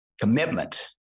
commitment